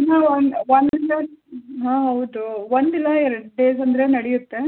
ಇಲ್ಲ ಒಂದು ಒಂದು ಇಲ್ಲ ಹಾಂ ಹೌದು ಒಂದಿಲ್ಲ ಎರಡು ಡೇಸ್ ಅಂದರೆ ನಡೆಯುತ್ತೆ